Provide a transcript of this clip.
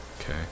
okay